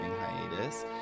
hiatus